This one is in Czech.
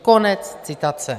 Konec citace.